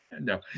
no